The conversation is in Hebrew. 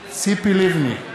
לבני,